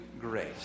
grace